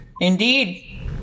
Indeed